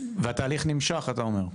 והתהליך נמשך אתה אומר?